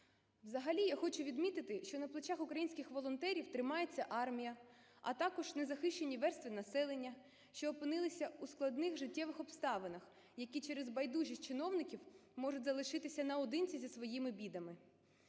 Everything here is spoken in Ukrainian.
Взагалі я хочу відмітити, що на плечах українських волонтерів тримається армія, а також незахищені верстви населення, що опинилися у складних життєвих обставинах, які через байдужість чиновників можуть залишитися наодинці зі своїми бідами,